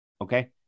Okay